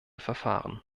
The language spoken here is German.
verfahren